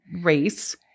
race